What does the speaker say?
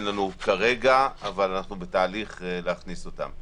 אין לנו כרגע, אבל אנחנו בתהליך להכניס אותן.